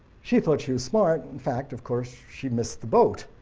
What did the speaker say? she thought she was smart. in fact of course she missed the boat,